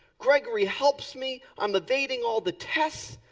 grigory helps me. i'm evading all the tests.